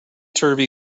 turvy